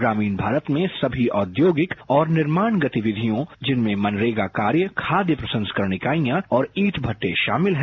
ग्रामीण भारत में समी औद्योगिक और निर्माण गतिविधियों जिनमें मनरेगा कार्य खाद्य प्रसंस्क इकाइयां और ईट मेटे रामिल है